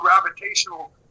gravitational